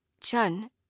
Chun